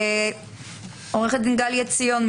עו"ד גלי עציון,